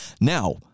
Now